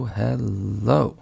hello